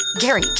Gary